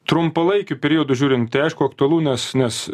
trumpalaikiu periodu žiūrint tai aišku aktualu nes nes